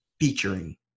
featuring